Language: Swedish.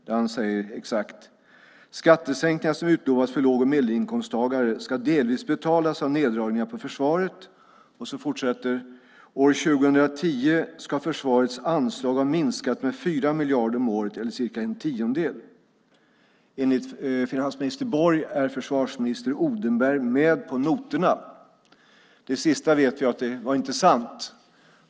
Där säger Anders Borg: Skattesänkningarna som utlovats för låg och medelinkomsttagare ska delvis betalas av neddragningar på försvaret. Vidare säger han: År 2010 ska försvarets anslag ha minskat med 4 miljarder om året eller cirka en tiondel. Enligt finansminister Borg är försvarsminister Odenberg med på noterna, skriver Expressen. Det sista vet vi inte var sant.